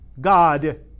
God